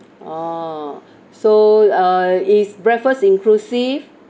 oh so uh is breakfast inclusive